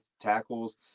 tackles